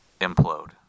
implode